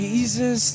Jesus